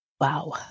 Wow